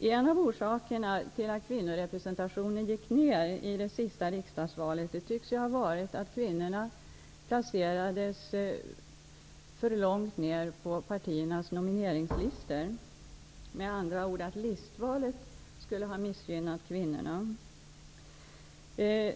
En av orsakerna till att kvinnorepresentationen gick ner i det senaste valet tycks ha varit att kvinnorna placerades för långt ner på partiernas nomineringslistor. Listvalet skulle med andra ord ha missgynnat kvinnorna. Det